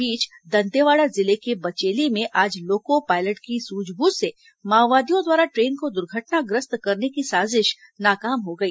इस बीच दंतेवाड़ा जिले के बचेली में आज लोको पायलट की सूझबूझ से माओवादियों द्वारा ट्रेन को दुर्घटनाग्रस्त करने की साजिश नाकाम हो गई